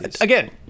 Again